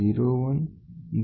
334 નું વર્ગમૂળ સ્ટ્રેન 1 એ 0